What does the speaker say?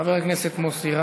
חבר הכנסת מוסי רז.